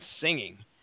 singing